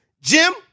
Jim